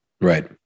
Right